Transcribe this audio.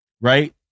right